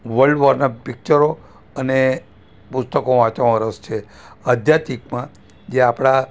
world વોરના પિક્ચરો અને પુસ્તકો વાંચવામાં રસ છે આધ્યાધિકમાં જે આપણા